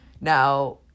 Now